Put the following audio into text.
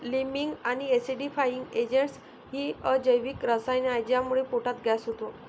liming आणि acidifying agents ही अजैविक रसायने आहेत ज्यामुळे पोटात गॅस होतो